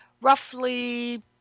roughly